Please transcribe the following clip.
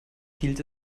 hielt